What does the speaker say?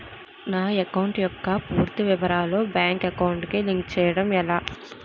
నా అకౌంట్ యెక్క పూర్తి వివరాలు బ్యాంక్ అకౌంట్ కి లింక్ చేయడం ఎలా?